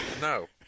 No